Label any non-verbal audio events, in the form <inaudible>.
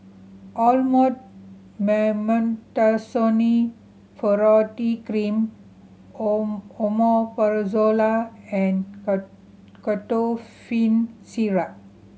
Elomet Mometasone Furoate Cream <unintelligible> Omeprazole and <unintelligible> Ketotifen Syrup